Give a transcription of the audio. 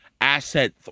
asset